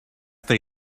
they